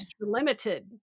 Limited